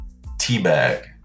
teabag